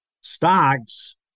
Stocks